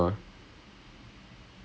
divya வந்துட்டாலே:vanthuttaalae she's back